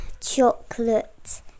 chocolate